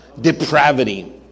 depravity